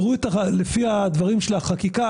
לפי דברי החקיקה,